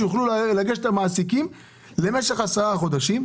שיוכלו לגשת המעסיקים למשך עשרה חודשים,